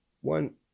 One